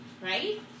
right